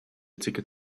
ticket